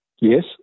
yes